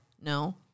no